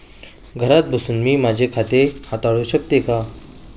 घरात बसून मी माझे खाते हाताळू शकते का?